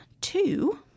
two